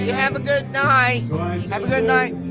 yeah have a good night have a good night